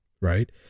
right